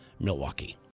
Milwaukee